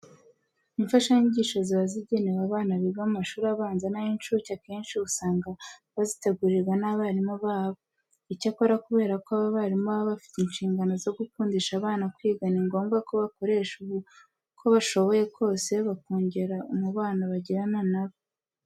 Imfashanyigisho ziba zigenewe abana biga mu mashuri abanza n'ay'incuke akenshi usanga bazitegurirwa n'abarimu babo. Icyakora kubera ko aba barimu baba bafite inshingano zo gukundisha abana kwiga ni ngombwa ko bakoresha uko bashoboye kose bakongera umubano bagirana na bo.